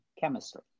chemistry